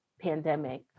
pandemic